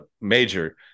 major